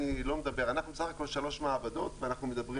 אנחנו בסך הכל שלוש מעבדות ואנחנו מדברים